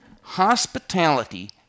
hospitality